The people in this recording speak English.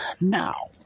Now